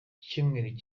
icyumweru